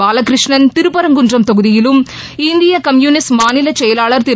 பாலகிருஷ்ணன் திருப்பரங்குன்றம் தொகுதியிலும் இந்திய கம்யூனிஸ்ட் மாநில செயலாளர் திரு